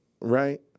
right